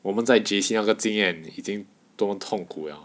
我们在 J_C 那个经验已经多么痛苦 liao